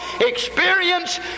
experience